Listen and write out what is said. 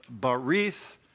Barith